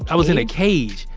i was in a cage,